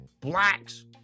blacks